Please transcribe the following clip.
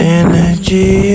energy